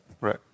Right